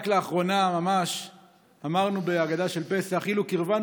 רק לאחרונה ממש אמרנו בהגדה של פסח: אילו קירבנו